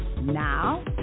Now